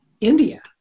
India